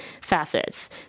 facets